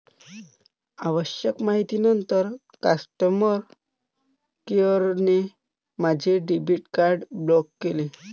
आवश्यक माहितीनंतर कस्टमर केअरने माझे डेबिट कार्ड ब्लॉक केले